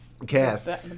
Calf